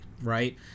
right